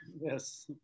Yes